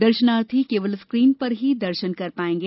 दर्शनार्थी केवल स्क्रीन पर ही दर्शन कर पाएंगे